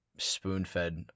spoon-fed